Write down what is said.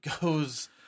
goes